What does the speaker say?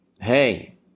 Hey